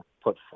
put